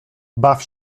baw